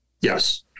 Yes